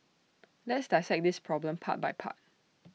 let's dissect this problem part by part